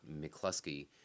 McCluskey